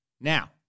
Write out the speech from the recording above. Now